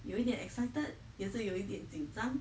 有一点 excited 也是有一点紧张